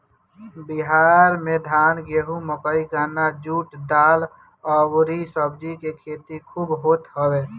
बिहार में धान, गेंहू, मकई, गन्ना, जुट, दाल अउरी सब्जी के खेती खूब होत हवे